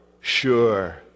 sure